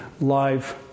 live